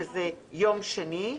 שזה יום שני,